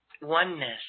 Oneness